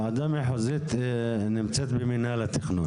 ועדה מחוזית נמצאת במינהל התכנון.